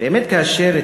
באמת כאשר,